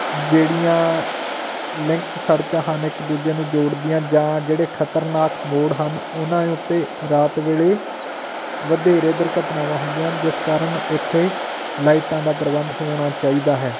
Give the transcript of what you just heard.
ਜਿਹੜੀਆਂ ਲਿੰਕ ਸੜਕਾਂ ਹਨ ਇੱਕ ਦੂਜੇ ਨੂੰ ਜੋੜਦੀਆਂ ਜਾਂ ਜਿਹੜੇ ਖਤਰਨਾਕ ਮੋੜ ਹਨ ਉਹਨਾਂ ਉੱਤੇ ਰਾਤ ਵੇਲੇ ਵਧੇਰੇ ਦੁਰਘਟਨਾਵਾਂ ਹੁੰਦੀਆਂ ਹਨ ਜਿਸ ਕਾਰਨ ਉੱਥੇ ਲਾਈਟਾਂ ਦਾ ਪ੍ਰਬੰਧ ਹੋਣਾ ਚਾਹੀਦਾ ਹੈ